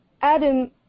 Adam